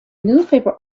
newspaper